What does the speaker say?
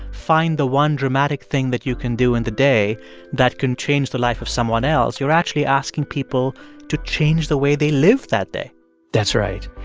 find the one dramatic thing that you can do in the day that can change the life of someone else. you're actually asking people to change the way they live that day that's right.